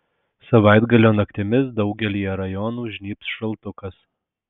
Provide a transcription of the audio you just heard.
savaitgalio naktimis daugelyje rajonų žnybs šaltukas